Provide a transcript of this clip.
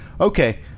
Okay